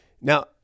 Now